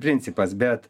principas bet